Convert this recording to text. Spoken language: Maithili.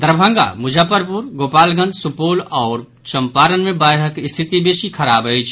दरभंगा मुजफ्फरपुर गोपालगंज सुपौल आओर चंपारण मे बाढ़िक स्थिति बेसी खराब अछि